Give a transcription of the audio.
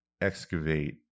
excavate